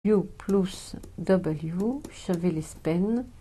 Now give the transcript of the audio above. u פלוס w שווה לספן